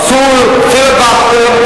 עשו פיליבסטר,